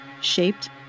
shaped